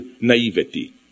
naivety